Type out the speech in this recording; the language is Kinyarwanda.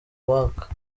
uwaka